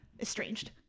estranged